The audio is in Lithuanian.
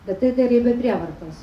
bet tai darei be prievartos